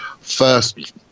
First